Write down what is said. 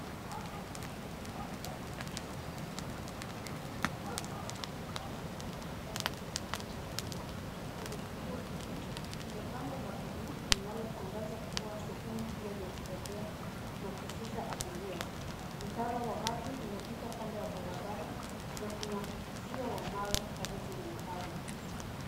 Watu waliosimama kwenye kituo cha magari pembeni mwa barabara wakisubiri magari ya usafiri wa umma. Kwenye kituo hicho kuna bango la bluu linalotangaza kuwa sehemu hiyo ni ya kubebea na kushusha abiria. Mtaro wa maji unapita kando ya barabara na uzio wa mawe karibu na mtaro.